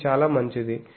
ఇది చాలా మంచిది